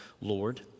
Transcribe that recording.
Lord